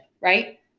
right